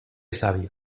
sabio